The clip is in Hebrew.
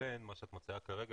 לכן מה שאת מציעה כרגע,